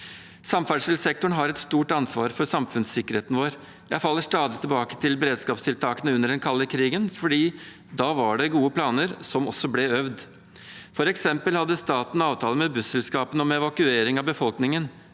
Samferdselssektoren har et stort ansvar for samfunnssikkerheten vår. Jeg faller stadig tilbake til beredskapstiltakene under den kalde krigen, for da var det gode planer, som også ble øvd. For eksempel hadde staten avtale med busselskapene om evakuering av befolkningen.